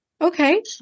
Okay